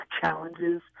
challenges